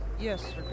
Yes